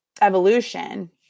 evolution